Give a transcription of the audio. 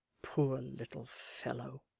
poor little fellow